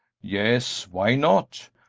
yes, why not?